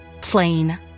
plain